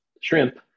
shrimp